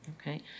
Okay